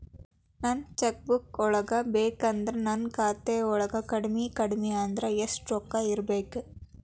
ನನಗ cheque book ಬೇಕಂದ್ರ ನನ್ನ ಖಾತಾ ವಳಗ ಕಡಮಿ ಕಡಮಿ ಅಂದ್ರ ಯೆಷ್ಟ್ ರೊಕ್ಕ ಇರ್ಬೆಕು?